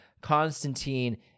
Constantine